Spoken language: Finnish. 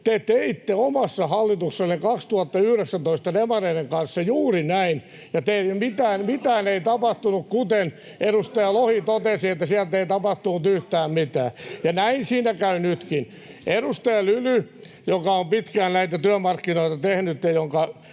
Te teitte omassa hallituksessanne 2019 demareiden kanssa juuri näin, ja mitään ei tapahtunut. Kuten edustaja Lohi totesi, siellä ei tapahtunut yhtään mitään. Ja näin siinä käy nytkin. Edustaja Lyly, joka on pitkään näitä työmarkkinoita tehnyt ja jonka